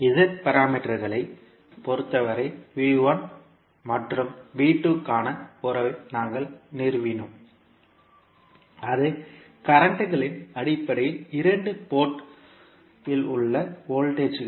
Z பாராமீட்டர்களைப் பொறுத்தவரை மற்றும் க்கான உறவை நாங்கள் நிறுவினோம் இது கரண்ட்களின் அடிப்படையில் இரண்டு போர்ட் இல் உள்ள வோல்டேஜ்கள்